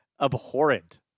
abhorrent